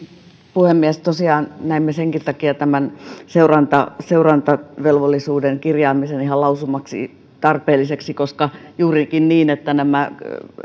puhemies tosiaan näemme senkin takia tämän seurantavelvollisuuden kirjaamisen lausumaksi ihan tarpeelliseksi koska on juurikin niin että nämä